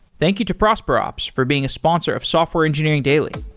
thank you to prosperops for being a sponsor of software engineering daily